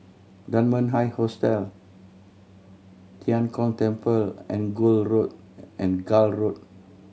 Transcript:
Dunman High Hostel Tian Kong Temple and and Gul Road